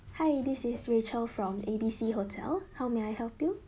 hi this is rachel from A B C hotel how may I help you